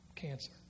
Cancer